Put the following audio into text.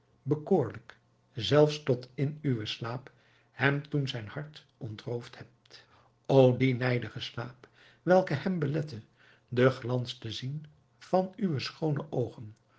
bekoorlijk zelfs tot in uwen slaap hem toen zijn hart ontroofd hebt o die nijdige slaap welke hem belette den glans te zien van uwe schoone oogen